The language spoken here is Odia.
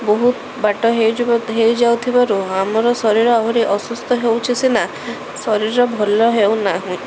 ବହୁତ ବାଟ ହେଇ ଯିବା ହେଇ ଯାଉଥିବାରୁ ଆମର ଶରୀର ଆହୁରି ଅସୁସ୍ଥ ହେଉଛି ସିନା ଶରୀର ଭଲ ହେଉନାହିଁ